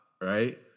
right